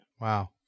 Wow